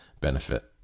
benefit